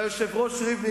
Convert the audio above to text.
והיושב-ראש ריבלין,